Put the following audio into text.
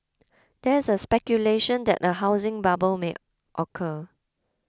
there is a speculation that a housing bubble may occur